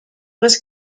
was